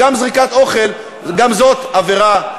זריקת אוכל היא גם עבירה,